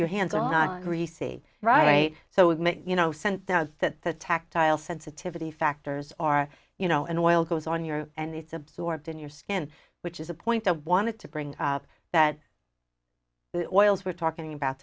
your hands on greasy right so you know sense now is that the tactile sensitivity factors are you know an oil goes on your and it's absorbed in your skin which is a point to want to bring up that the oils we're talking about